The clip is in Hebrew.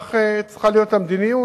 זו צריכה להיות המדיניות.